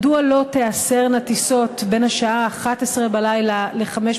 3. מדוע לא תיאסרנה טיסות בין השעה 23:00 ל-05:00,